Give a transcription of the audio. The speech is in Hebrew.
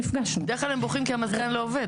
בדרך כלל הם בוכים כי המזגן לא עובד.